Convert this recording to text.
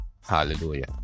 Hallelujah